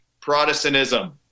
Protestantism